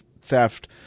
theft